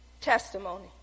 Testimony